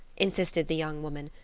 insisted the young woman,